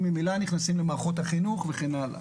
ממילא נכנסים למערכות החינוך וכן הלאה.